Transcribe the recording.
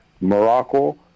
Morocco